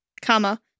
comma